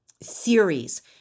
theories